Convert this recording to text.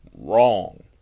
Wrong